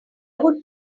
would